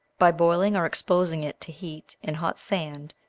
by boiling, or exposing it to heat in hot sand,